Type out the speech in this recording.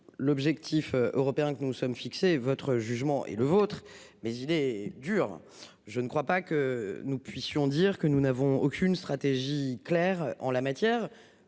L'objectif européen que nous nous sommes fixés votre jugement et le vôtre mais il est dur. Je ne crois pas que nous puissions dire que nous n'avons aucune stratégie claire en la matière